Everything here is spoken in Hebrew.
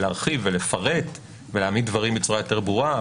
להרחיב ולפרט ולהעמיד בצורה יותר ברורה,